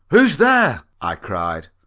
who's there? i cried.